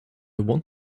want